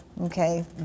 Okay